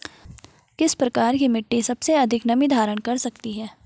किस प्रकार की मिट्टी सबसे अधिक नमी धारण कर सकती है?